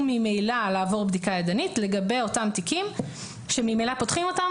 לעבור בדיקה ידנית לגבי אותם תיקים שממילא פותחים אותם,